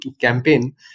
campaign